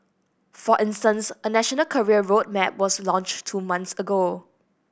for instance a national career road map was launched two months ago